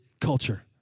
culture